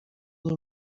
nie